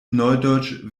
neudeutsch